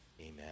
amen